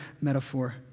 metaphor